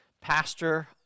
pastor